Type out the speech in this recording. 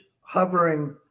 hovering